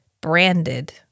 branded